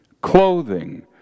clothing